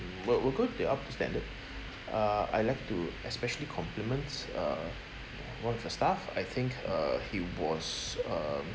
were were good they're up to standard uh I'd like to especially compliment uh one of your staff I think uh he was uh